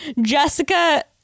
Jessica